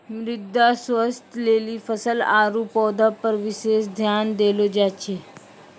मृदा स्वास्थ्य लेली फसल आरु पौधा पर विशेष ध्यान देलो जाय छै